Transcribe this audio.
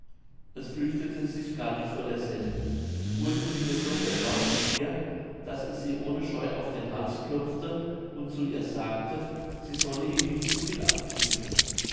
es fürchtete sich gar nicht vor derselben wurde vielmehr so vertraut mit ihr daß es sie ohne scheu auf den hals klopfte und zu ihr sagte sie solle ihm nicht zu viel abtrinken